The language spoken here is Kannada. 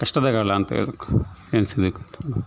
ಕಷ್ಟದ ಕಾಲ ಅಂತ ಹೇಳ್ಬೇಕು ಎನಿಸಬೇಕು ತುಂಬ